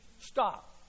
stop